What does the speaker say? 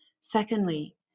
Secondly